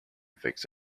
fix